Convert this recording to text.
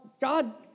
God